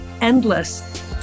endless